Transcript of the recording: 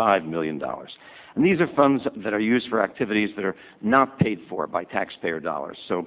five million dollars and these are funds that are used for activities that are not paid for by taxpayer dollars so